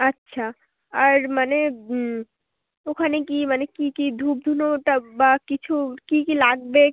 আচ্ছা আর মানে ওখানে কী মানে কী কী ধূপ ধুনোটা বা কিছু কী কী লাগবেক